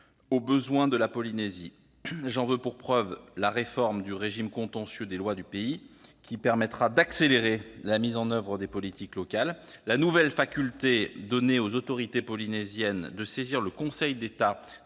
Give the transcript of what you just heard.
aux besoins de la Polynésie. J'en veux pour preuve la réforme du régime contentieux des lois du pays, qui permettra d'accélérer la mise en oeuvre des politiques locales, la nouvelle faculté donnée aux autorités polynésiennes de saisir le Conseil d'État